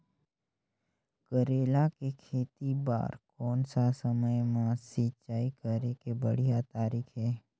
करेला के खेती बार कोन सा समय मां सिंचाई करे के बढ़िया तारीक हे?